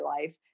life